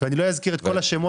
אני לא אזכיר את כל השמות,